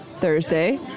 Thursday